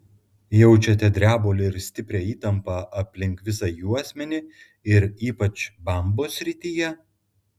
jaučiate drebulį ir stiprią įtampą aplink visą juosmenį ir ypač bambos srityje